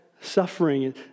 Suffering